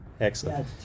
Excellent